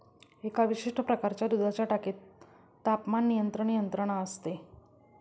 एका विशिष्ट प्रकारच्या दुधाच्या टाकीत तापमान नियंत्रण यंत्रणा असते